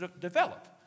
develop